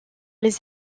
les